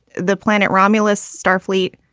the planet, romulus, starfleet,